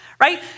right